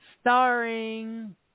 starring